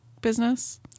business